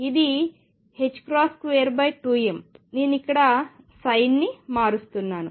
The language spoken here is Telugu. ఇది 22m నేను ఇక్కడ సైన్ ని మారుస్తున్నాను